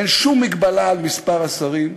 אין שום מגבלה על מספר השרים,